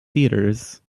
theatres